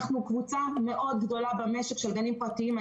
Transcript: אנחנו קבוצה מאוד גדולה במשק של גנים פרטיים.